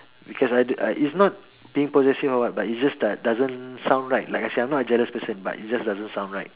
because I I don't uh is not being possessive or what but it just does doesn't sound right like I said I'm not a jealous person but it just doesn't sound right